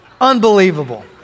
unbelievable